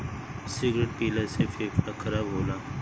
cigarette पियला से फेफड़ा खराब होला